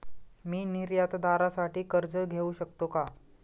मी निर्यातदारासाठी कर्ज घेऊ शकतो का?